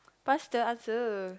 faster answer